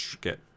get